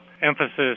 emphasis